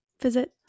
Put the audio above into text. visit